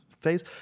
phase